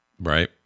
right